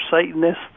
Satanists